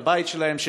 לבית שלהן,